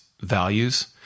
values